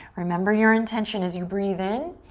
remember your intention is you breathe in,